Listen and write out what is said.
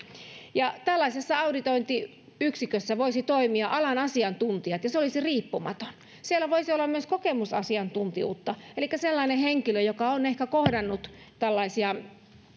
tällaisessa auditointiyksikössä voisivat toimia alan asiantuntijat ja se olisi riippumaton siellä voisi olla myös kokemusasiantuntijuutta elikkä sellainen henkilö joka on ehkä kohdannut tällaisia